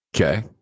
Okay